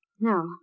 No